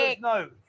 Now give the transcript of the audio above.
no